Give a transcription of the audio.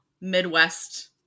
Midwest